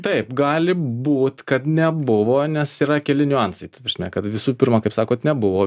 taip gali būt kad nebuvo nes yra keli niuansai ta prasme kad visų pirma kaip sakot nebuvo